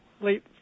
late